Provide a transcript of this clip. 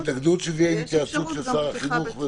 יש התנגדות שזה יהיה עם התייעצות של שר החינוך?